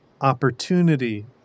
opportunity